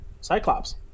Cyclops